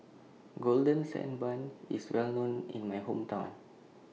Golden Sand Bun IS Well known in My Hometown